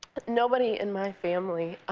nobody in my family